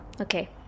Okay